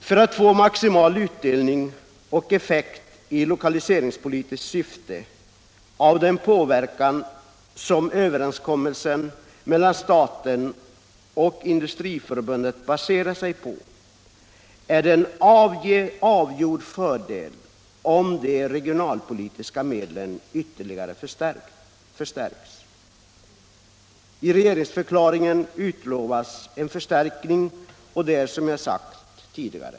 För att nå maximal utdelning och effekt i lokaliseringspolitiskt syfte av den påverkan som överenskommelsen mellan staten och Industriförbundet baserar sig på är det en avgjord fördel om de regionalpolitiska medlen ytter ligare förstärks. I regeringsförklaringen utlovas en förstärkning, vilket är Nr 47 bra — något som jag har sagt tidigare.